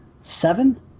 seven